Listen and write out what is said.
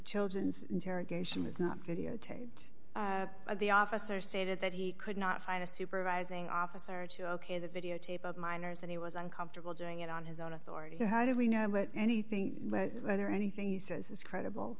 children's interrogation was not videotaped the officer stated that he could not find a supervising officer to ok the videotape of minors and he was uncomfortable doing it on his own authority how do we know what anything whether anything he says is credible